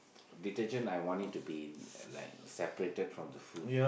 detergent like I want it to be like separated from the food